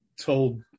told